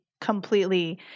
completely